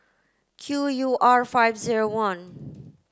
Q U R five zero one